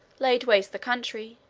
laid waste the country,